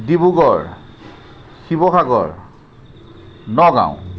Dibrugarh Sivasagar Nagaon